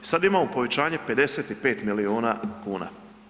Sad imamo povećanje 55 milijuna kuna.